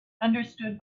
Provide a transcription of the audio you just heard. understood